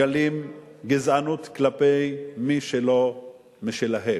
ומגלים גזענות כלפי מי שלא משלהם.